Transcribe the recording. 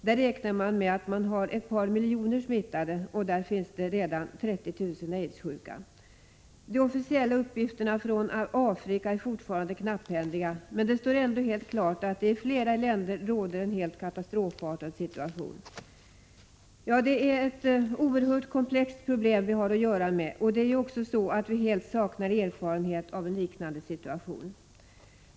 Där räknar man med att det finns ett par miljoner smittade, och där finns redan mer än 30 000 aidssjuka. De officiella uppgifterna från Afrika är fortfarande knapphändiga, men det står ändå helt klart att det i flera länder där råder en helt katastrofartad situation. Det är ett oerhört komplext problem vi har att göra med, och vi saknar också helt erfarenhet av en liknande situation.